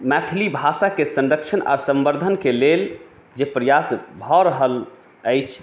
मैथिली भाषाके संरक्षण आओर संवर्द्धनके लेल जे प्रयास भऽ रहल अछि